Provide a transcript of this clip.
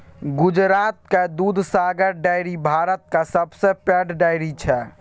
गुजरातक दुधसागर डेयरी भारतक सबसँ पैघ डेयरी छै